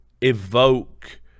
evoke